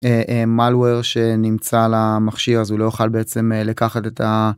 מלוויר שנמצא על המכשיר הזה לא יכול בעצם לקחת את ה.